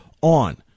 on